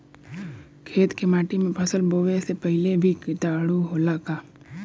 खेत के माटी मे फसल बोवे से पहिले भी किटाणु होला का?